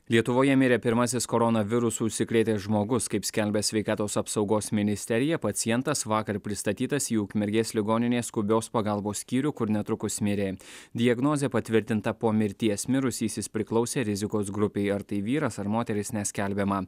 lietuvoje mirė pirmasis koronavirusu užsikrėtęs žmogus kaip skelbia sveikatos apsaugos ministerija pacientas vakar pristatytas į ukmergės ligoninės skubios pagalbos skyrių kur netrukus mirė diagnozė patvirtinta po mirties mirusysis priklausė rizikos grupei ar tai vyras ar moteris neskelbiama